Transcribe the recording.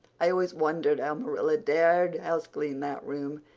i always wondered how marilla dared houseclean that room.